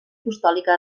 apostòlica